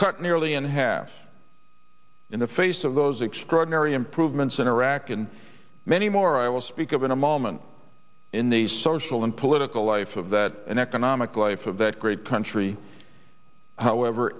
cut nearly in half in the face of those extraordinary improvements in iraq and many more i will speak of in a moment in these social and political life of that and economic life of that great country however